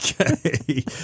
Okay